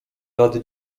lat